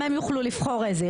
גם הם יוכלו לבחור איזה.